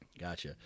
Gotcha